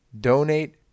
donate